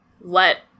let